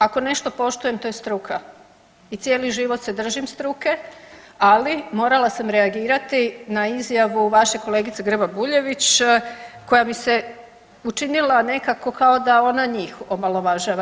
Ako nešto poštujem to je struka i cijeli život se držim struke, ali morala sam reagirati na izjavu vaše kolegice Grba Bujević koja mi se učinila nekako kao da ona njih omalovažava.